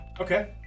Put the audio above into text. Okay